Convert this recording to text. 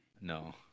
no